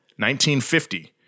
1950